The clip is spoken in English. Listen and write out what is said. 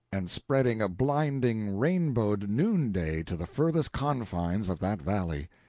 and spreading a blinding rainbowed noonday to the furthest confines of that valley.